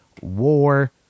War